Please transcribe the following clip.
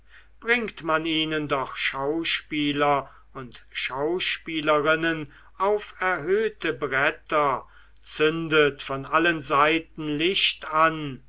bringt man ihnen doch schauspieler und schauspielerinnen auf erhöhte bretter zündet von allen seiten licht an